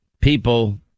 people